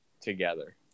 together